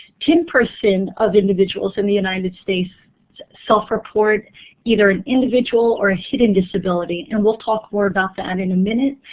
ten percent of individuals in the united states self-report either an individual or a hidden disability, and we'll talk more about that and in minute.